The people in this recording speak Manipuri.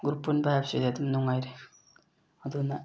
ꯒ꯭ꯔꯨꯞ ꯄꯨꯟꯕ ꯍꯥꯏꯕꯁꯤꯗꯤ ꯑꯗꯨꯝ ꯅꯨꯡꯉꯥꯏꯔꯦ ꯑꯗꯨꯅ